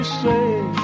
say